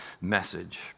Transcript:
message